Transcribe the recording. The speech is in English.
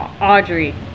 audrey